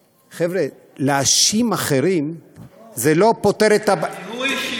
חבר'ה, להאשים אחרים זה לא פותר, הוא אישית.